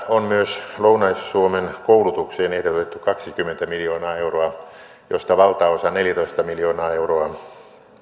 on myös lounais suomen koulutukseen ehdotettu kaksikymmentä miljoonaa euroa josta valtaosa neljätoista miljoonaa euroa